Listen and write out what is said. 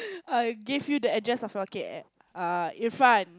give you the address of your kay uh in front